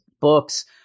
books